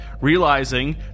realizing